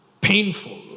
Painful